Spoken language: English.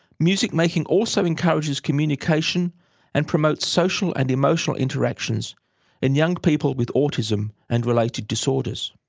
music making also encourages communication and promotes social and emotional interactions in young people with autism and related disorders.